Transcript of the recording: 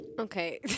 Okay